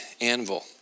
anvil